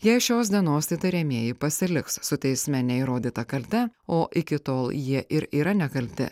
jei šios dienos įtariamieji pasiliks su teisme neįrodyta kalte o iki tol jie ir yra nekalti